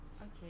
Okay